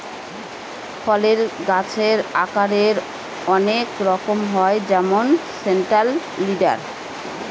ফলের গাছের আকারের অনেক রকম হয় যেমন সেন্ট্রাল লিডার